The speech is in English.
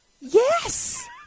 Yes